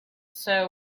sir